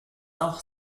auch